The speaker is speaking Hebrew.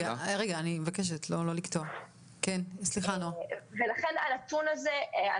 אנחנו מכירים את הנתון הזה.